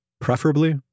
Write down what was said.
preferably